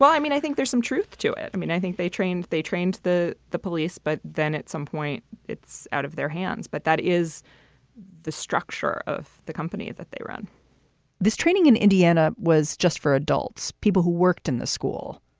but i mean, i think there's some truth to it. i mean, i think they trained they trained the the police, but then at some point it's out of their hands. but that is the structure of the company that they run this training in indiana was just for adults, people who worked in the school.